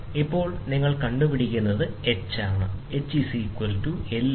ഇപ്പോൾ എന്താണ് സംഭവിക്കുകയെന്ന് നിങ്ങൾക്കറിയാമോ ഇത് ഫ്ലാറ്റ് പ്ലേറ്റ് ആണെന്ന് ഇത് പരന്നതാണ്